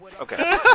Okay